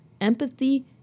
empathy